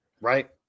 Right